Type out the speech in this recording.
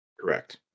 Correct